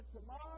tomorrow